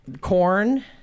Corn